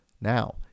Now